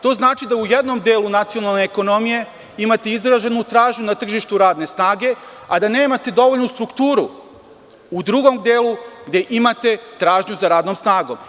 To znači da u jednom delu nacionalne ekonomije imate izraženu tražnju na tržištu radne snage, a da nemate dovoljnu strukturu u drugom delu gde imate tražnju za radnom snagom.